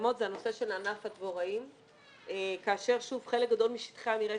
הקיימות זה הנושא של ענף הדבוראים כאשר חלק גדול משטחי המרעה